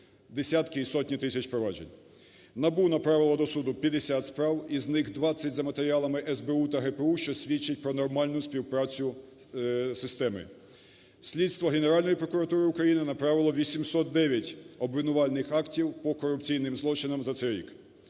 десятки і сотні тисяч проваджень. НАБУ направило до суду 50 справ, із них 20 – за матеріалами СБУ та ГПУ, що свідчить про нормальну співпрацю системи. Слідство Генеральної прокуратури України направило 800 обвинувальних актів по корупційним злочинам на цей рік,